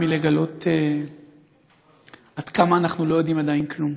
לגלות עד כמה אנחנו לא יודעים עדיין כלום.